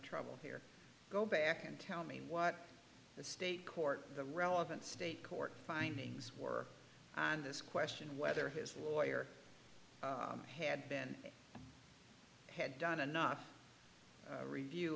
trouble here go back and tell me what the state court the relevant state court findings were on this question whether his lawyer had been had done enough review